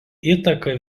įtaka